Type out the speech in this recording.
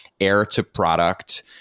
air-to-product